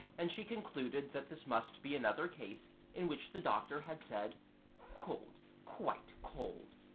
and she concluded that this must be another case in which the doctor had said cold, quite cold